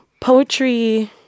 Poetry